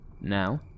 Now